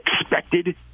expected